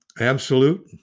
absolute